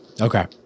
Okay